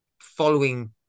following